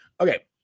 Okay